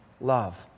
love